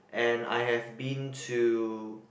and I have been to